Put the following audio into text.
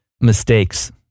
mistakes